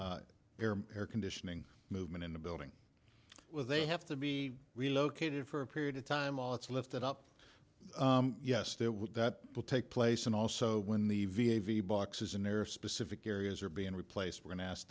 without air conditioning movement in the building where they have to be relocated for a period of time let's lift it up yes that would that will take place and also when the v a v boxes in their specific areas are being replaced we're going to ask